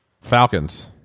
falcons